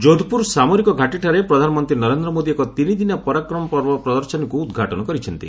ଯୋଧପୁର ସାମରିକ ଘାଟୀଠାରେ ପ୍ରଧାନମନ୍ତ୍ରୀ ନରେନ୍ଦ୍ର ମୋଦି ଏକ ତିନିଦିନିଆ ପରାକ୍ରମ ପର୍ବ ପ୍ରଦର୍ଶନୀକୁ ଉଦ୍ଘାଟନ କରିଛନ୍ତି